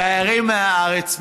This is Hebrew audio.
תיירים מהארץ,